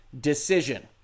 decision